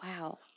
Wow